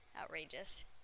Outrageous